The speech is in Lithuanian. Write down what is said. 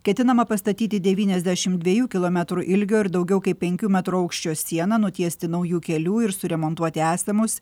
ketinama pastatyti devyniasdešimt dviejų kilometrų ilgio ir daugiau kaip penkių metrų aukščio sieną nutiesti naujų kelių ir suremontuoti esamus